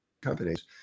companies